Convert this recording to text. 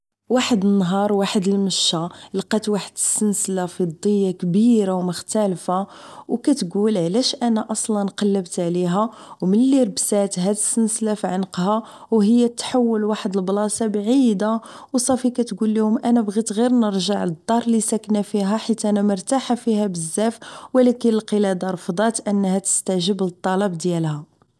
واحد النهار واحد المشة لقات واحد السنسلة فضية كبيرة و مختالفة و كتكول علاش انا اصلا قلبت عليها و ملي لبساتها هاد السنسلة فعنقها و هي تحول لواحد البلاصة بعيدة و صافي كتكوليهم انا بغيت غير نرجع للدار اللي كنت ساكنة فيها حيت انا مرتاحة فيها بزاف و لكن القلادة رفضات انها تستاجب للطلب دالها